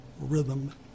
rhythm